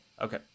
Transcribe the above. Okay